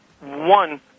one